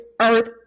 earth